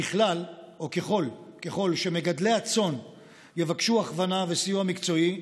ככל שמגדלי הצאן יבקשו הכוונה וסיוע מקצועי,